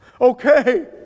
Okay